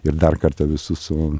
ir dar kartą visus su